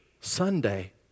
Sunday